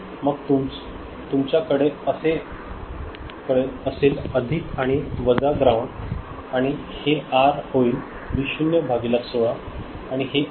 मग तुमच्या कडे असेल अधिक आणि वजा ग्राउंड आणि हे आर होईल व्ही 0 भागिले 16 आणि हे आर